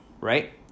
right